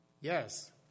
Yes